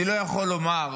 אני לא יכול לומר